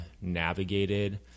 navigated